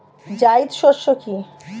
জায়িদ শস্য কি?